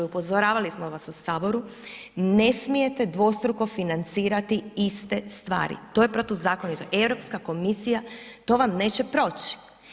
Upozoravali smo vas u Saboru, ne smijete dvostruko financirati iste stvari, to je protuzakonito, EU komisija, to vam neće proći.